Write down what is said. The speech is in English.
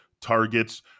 targets